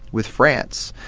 with france.